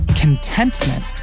Contentment